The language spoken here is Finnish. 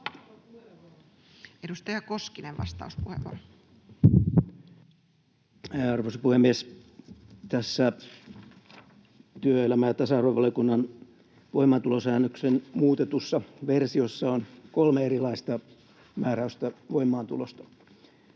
laeiksi Time: 20:53 Content: Arvoisa puhemies! Tässä työelämä- ja tasa-arvovaliokunnan voimaantulosäännöksen muutetussa versiossa on kolme erilaista määräystä voimaantulosta.